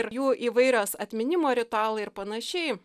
ir jų įvairios atminimo ritualai ir panašiai